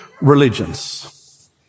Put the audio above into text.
religions